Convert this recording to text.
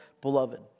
beloved